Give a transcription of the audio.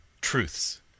truths